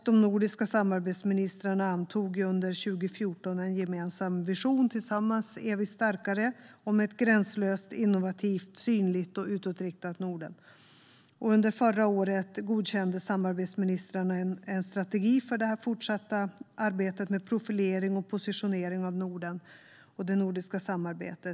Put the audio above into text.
De nordiska samarbetsministrarna antog under 2014 en gemensam vision - Tillsammans är vi starkare - om ett gränslöst, innovativt, synligt och utåtriktat Norden. Under förra året godkände samarbetsministrarna en strategi för detta fortsatta arbete med profilering och positionering av Norden och det nordiska samarbetet.